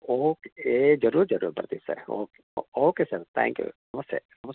okay ಏ ಜರೂರು ಜರೂರು ಬರ್ತೀವಿ sir okay okay sir thank you ನಮಸ್ತೆ ನಮಸ್